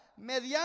mediante